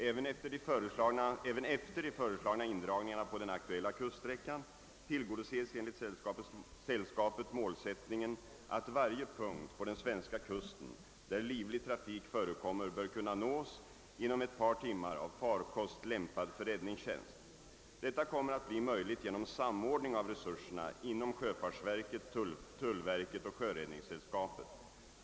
Även efter de föreslagna indragningarna på den aktuella kuststräckan tillgodoses enligt sällskapet målsättningen att varje punkt på den svenska kusten, där livlig trafik förekommer, bör kunna nås inom ett par timmar av farkost lämpad för räddningstjänst. Detta kommer att bli möjligt genom samordning av resurserna inom sjöfartsverket, tullverket och Sjöräddningssällskapet.